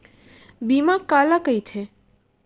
बीमा काला कइथे?